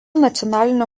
nacionalinio